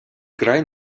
край